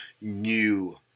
new